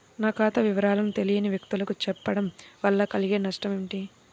నా ఖాతా వివరాలను తెలియని వ్యక్తులకు చెప్పడం వల్ల కలిగే నష్టమేంటి?